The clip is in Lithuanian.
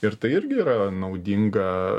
ir tai irgi yra naudinga